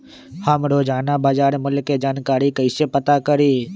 हम रोजाना बाजार मूल्य के जानकारी कईसे पता करी?